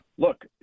Look